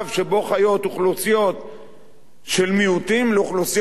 אוכלוסיות של מיעוטים לאוכלוסיות של הרוב.